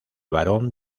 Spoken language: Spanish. varón